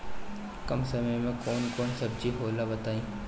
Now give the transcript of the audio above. कम समय में कौन कौन सब्जी होला बताई?